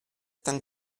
tant